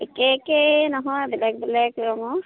একে একেই নহয় বেলেগ বেলেগ ৰঙৰ